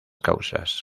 causas